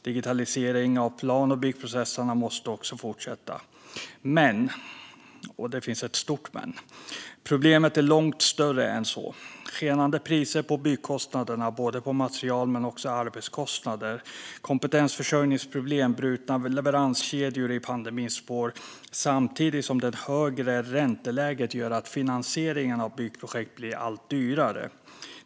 Digitaliseringen av plan och byggprocesserna måste också fortsätta. Men - och det är ett stort men - problemen är långt större än så: Skenande byggkostnader och priser på material men också arbetskostnader, kompetensförsörjningsproblem och brutna leveranskedjor i pandemins spår samtidigt som det högre ränteläget gör att finansieringen av byggprojekt blir allt dyrare.